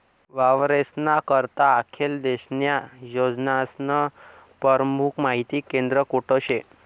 वावरेस्ना करता आखेल देशन्या योजनास्नं परमुख माहिती केंद्र कोठे शे?